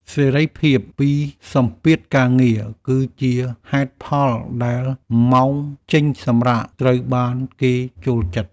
សេរីភាពពីសម្ពាធការងារ គឺជាហេតុផលដែលម៉ោងចេញសម្រាកត្រូវបានគេចូលចិត្ត។